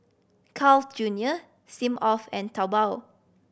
Carl's Junior Smirnoff and Taobao